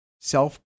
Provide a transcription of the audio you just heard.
self